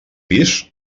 pis